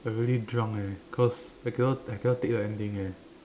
already drunk eh cause I cannot I cannot take the ending eh